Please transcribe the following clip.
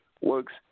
works